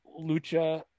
Lucha